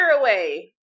away